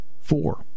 Four